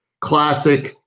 classic